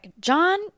john